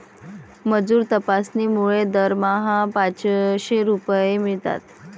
मजूर तपासणीमुळे दरमहा पाचशे रुपये मिळतात